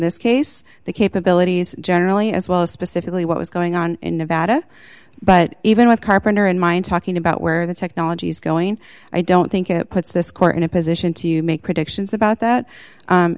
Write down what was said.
this case the capabilities john really as well as specifically what was going on in nevada but even with carpenter in mind talking about where the technology is going i don't think it puts this court in a position to make predictions about that